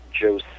Joe